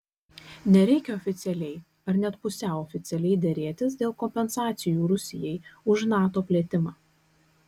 nereikia oficialiai ar net pusiau oficialiai derėtis dėl kompensacijų rusijai už nato plėtimą